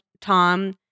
Tom